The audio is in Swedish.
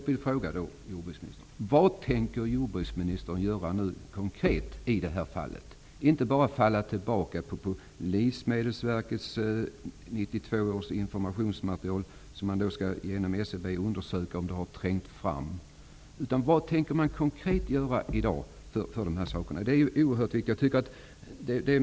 Fru talman! Vad tänker jordbruksministern göra konkret i det här fallet, i stället för att bara falla tillbaka på Livsmedelsverkets informationsmaterial från 1992 som nu SCB skall undersöka för att se om informationen har trängt fram?